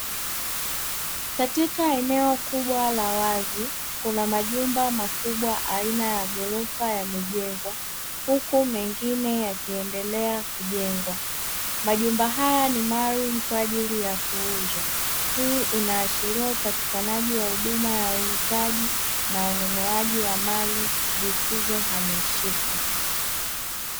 Katika eneo kubwa la wazi kuna majumba makubwa aina ya gorofa yamejengwa huku mengine yakiendelea kujengwa, majumba haya ni maalumu kwa ajili ya kuuzwa. Hii inaashiria upatikanaji wa huduma ya uuzaji na ununuaji wa mali zisizohamishika.